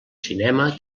cinema